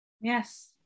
Yes